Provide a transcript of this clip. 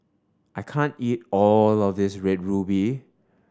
I can't eat all of this Red Ruby